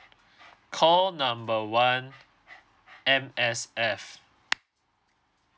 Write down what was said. call number one M_S_F